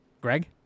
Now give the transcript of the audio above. Greg